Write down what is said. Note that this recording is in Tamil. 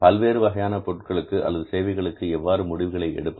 பல்வேறு வகையான பொருட்களுக்கு அல்லது சேவைகளுக்கு எவ்வாறு முடிவுகளை எடுப்பது